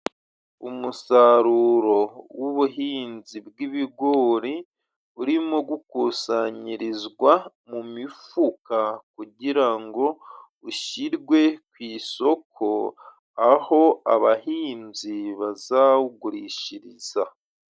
Umusaruro w'ubuhinzi bw'ibigori urimo gukusanyirizwa mu mifuka, kugira ngo ushyirwe ku isoko, aho abahinzi bazawugurishiriza.